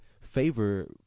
Favor